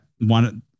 one